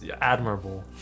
admirable